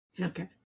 okay